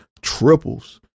triples